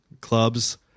clubs